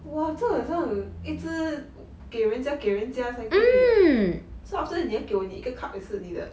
!wah! 这个好像要一直给人家给人家才可以的 so after 你也要给我一个 cup 也是你的